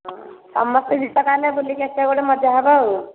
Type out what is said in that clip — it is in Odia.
ହଁ ସମସ୍ତେ ଯିବା ତାହେଲେ ବୁଲିକି ଆସିବା ଗୋଟେ ମଜା ହେବ ଆଉ